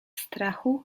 strachu